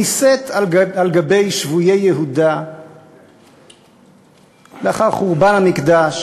נישאת על גבי שבויי יהודה לאחר חורבן המקדש,